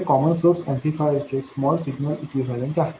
हे common source amplifier चे small signal equivalent आहे